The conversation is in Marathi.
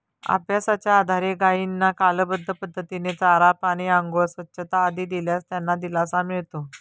अभ्यासाच्या आधारे गायींना कालबद्ध पद्धतीने चारा, पाणी, आंघोळ, स्वच्छता आदी दिल्यास त्यांना दिलासा मिळतो